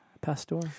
Pastor